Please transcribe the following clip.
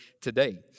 today